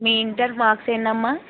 మీ inter marks ఏంటమ్మా